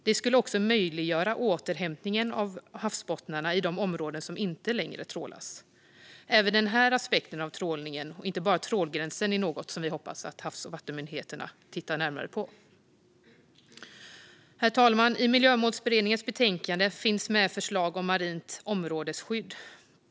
Det skulle också möjliggöra återhämtningen av havsbottnarna i de områden som inte längre trålas. Även den här aspekten av trålningen och inte bara trålgränsen är något som vi hoppas att Havs och vattenmyndigheten tittar närmare på. Herr talman! I Miljömålsberedningens betänkande finns ett förslag om marint områdesskydd.